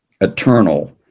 eternal